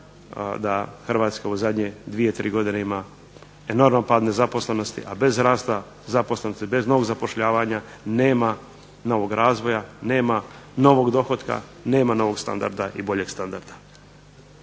da Hrvatska u zadnje dvije tri godine ima enorman pad nezaposlenosti, a bez rasta zaposlenosti, bez novog zapošljavanja nema novog razvoja, nema novog dohotka, nema novog standarda i boljeg standarda.